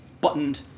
buttoned